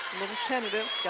little tentative